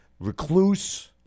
recluse